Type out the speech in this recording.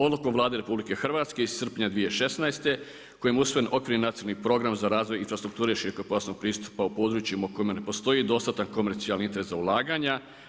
Odlukom Vlade RH iz srpnja 2016. kojom je usvojen okvirni nacionalni program za razvoj infrastrukture širokopojasnog pristupa u područjima u kojima ne postoji dostatan komercijalni interes za ulaganja.